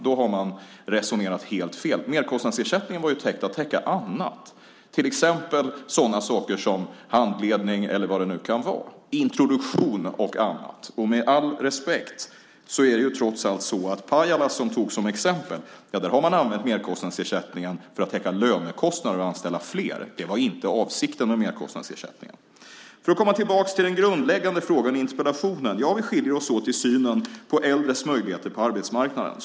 Då har man resonerat helt fel. Merkostnadsersättningen var ju tänkt att täcka annat, till exempel sådana saker som handledning eller vad det nu kan vara, introduktion och annat. Med all respekt är det trots allt så att Pajala, som togs som exempel, har använt merkostnadsersättningen för att täcka lönekostnader och anställa fler. Det var inte avsikten med merkostnadsersättningen. För att komma tillbaka till den grundläggande frågan i interpellationen: Ja, vi skiljer oss åt i synen på äldres möjligheter på arbetsmarknaden.